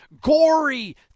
gory